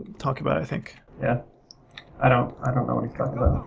talk about, i think. yeah i don't i don't know what